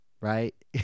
right